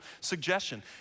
suggestion